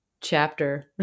chapter